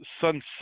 sunset